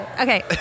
Okay